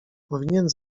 powinien